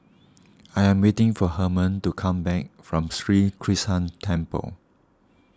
I am waiting for Harman to come back from Sri Krishnan Temple